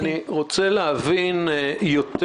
אני רוצה להבין יותר,